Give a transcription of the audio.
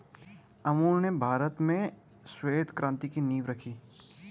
अमूल ने भारत में श्वेत क्रान्ति की नींव रखी